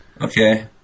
Okay